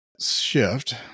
shift